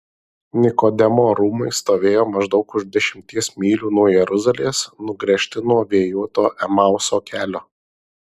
nikodemo rūmai stovėjo maždaug už dešimties mylių nuo jeruzalės nugręžti nuo vėjuoto emauso kelio